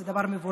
זה דבר מבורך